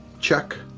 check.